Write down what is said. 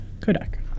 Kodak